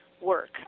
work